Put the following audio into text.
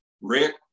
Rick